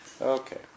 Okay